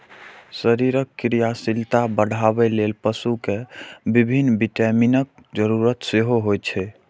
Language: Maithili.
शरीरक क्रियाशीलता बढ़ाबै लेल पशु कें विभिन्न विटामिनक जरूरत सेहो होइ छै